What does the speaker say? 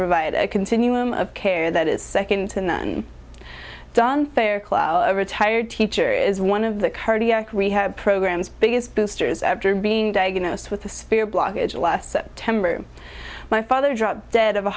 provide a continuum of care that is second to none done fairclough a retired teacher is one of the cardiac rehab programs biggest boosters after being diagnosed with a spear blockage last september my father dropped dead of a